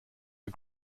are